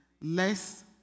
less